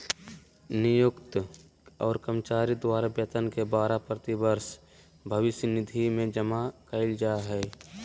नियोक्त और कर्मचारी द्वारा वेतन के बारह प्रतिशत भविष्य निधि में जमा कइल जा हइ